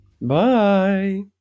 bye